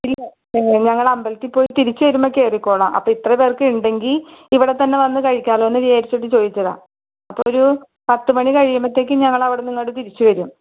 ഞങ്ങൾ അമ്പലത്തിൽ പോയി തിരിച്ചു വരുമ്പം കയറിക്കൊള്ളാം അപ്പം ഇത്ര പേർക്ക് ഉണ്ടെങ്കിൽ ഇവിടെ തന്നെ വന്നു കഴിക്കാമല്ലോ എന്ന് വിചാരിച്ചിട്ട് ചോദിച്ചതാണ് ഒരു പത്തു മണി കഴിയുമ്പത്തേക്കും ഞങ്ങൾ അവിടുന്ന് ഇങ്ങോട്ട് തിരിച്ചു വരും